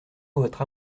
votre